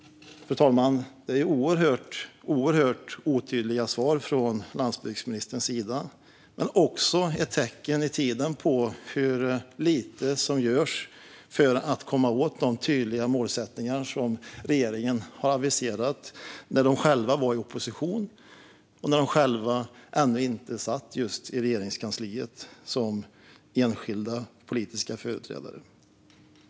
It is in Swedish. Fru talman! Det är oerhört otydliga svar från landsbygdsministerns sida. Men det är också ett tecken i tiden hur lite som görs för att komma åt de tydliga målsättningar som regeringen aviserade när de själva var i opposition som enskilda politiska företrädare, när de ännu inte satt i Regeringskansliet.